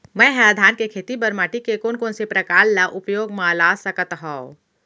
मै ह धान के खेती बर माटी के कोन कोन से प्रकार ला उपयोग मा ला सकत हव?